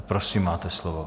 Prosím, máte slovo.